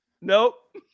Nope